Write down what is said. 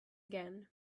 again